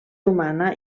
humana